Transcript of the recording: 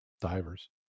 divers